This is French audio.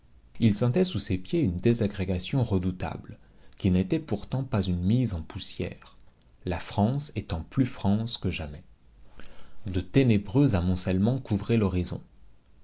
il sentait sous ses pieds une désagrégation redoutable qui n'était pourtant pas une mise en poussière la france étant plus france que jamais de ténébreux amoncellements couvraient l'horizon